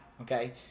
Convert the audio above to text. Okay